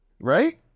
right